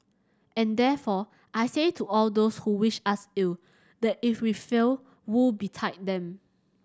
and therefore I say to all those who wish us ill that if we fail woe betide them